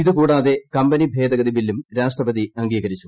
ഇതുകൂടാതെ കമ്പനി ഭേദഗതി ബില്ലും രാഷ്ട്രപതി അംഗീകരിച്ചു